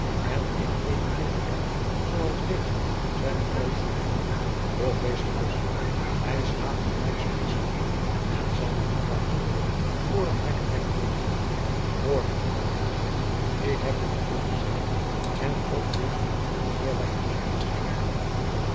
en in eene kinderkamer zoo als deze zijne troost zoekt doch wees gerust hij slaapt den krijgsmansslaap en zal niet wakker worden voor dat hij gewekt wordt hoor magdalena ik heb u nog veel te zeggen en god weet wanneer wij ons wederzien